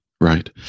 right